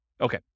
Okay